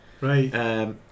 Right